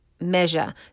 measure